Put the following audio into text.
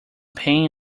pain